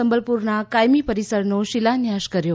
સંબલપુરના કાયમી પરિસરનો શિલાન્યાસ કર્યો